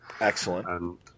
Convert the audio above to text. Excellent